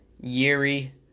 Yuri